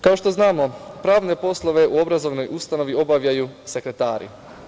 Kao što znamo, pravne poslove u obrazovnoj ustanovi obavljaju sekretari.